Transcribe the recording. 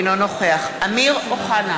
אינו נוכח אמיר אוחנה,